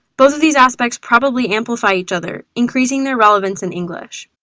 both of these aspects probably amplify each other, increasing their relevance in english.